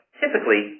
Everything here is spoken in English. typically